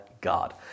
God